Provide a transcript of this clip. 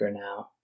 now